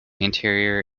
anterior